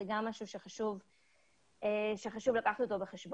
זה גם משהו שחשוב לקחת אותו בחשבון.